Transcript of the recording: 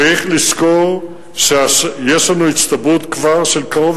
צריך לזכור שיש לנו כבר הצטברות של קרוב